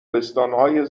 بستانهای